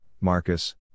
Marcus